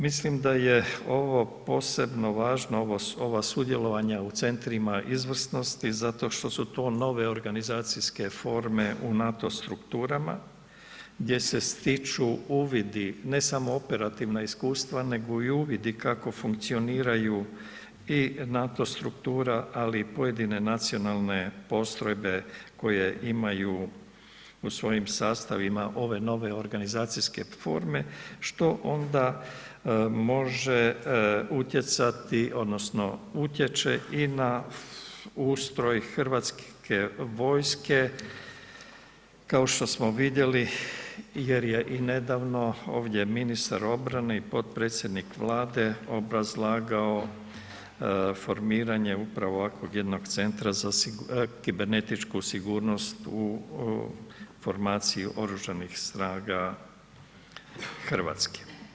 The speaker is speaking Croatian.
Mislim da je ovo posebno važno, ova sudjelovanja u centrima izvrsnosti zato što su to nove organizacijske forme u NATO strukturama gdje se stiču uvidi ne samo operativna iskustva, nego i uvidi kako funkcioniraju i NATO struktura, ali i pojedine nacionalne postrojbe koje imaju u svojim sastavima ove nove organizacijske forme, što onda može utjecati odnosno utječe i na ustroj Hrvatske vojske kao što smo vidjeli jer je i nedavno ovdje ministar obrane i potpredsjednik Vlade obrazlagao formiranje upravo ovakvog jednog Centra za kibernetičku sigurnost u formaciji Oružanih snaga Hrvatske.